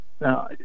now